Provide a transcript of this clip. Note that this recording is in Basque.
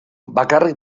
bakarrik